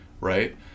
Right